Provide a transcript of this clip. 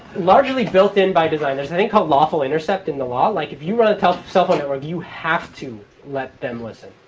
largely built in by design there's a thing called lawful intercept in the law. like, if you run a cell phone network, you have to let them listen.